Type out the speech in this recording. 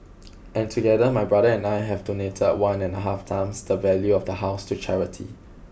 and together my brother and I have donated one and a half times the value of the house to charity